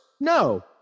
No